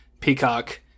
Peacock